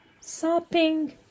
sopping